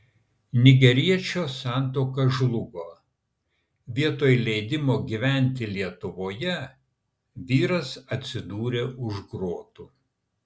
nigeriečio santuoka žlugo vietoj leidimo gyventi lietuvoje vyras atsidūrė už grotų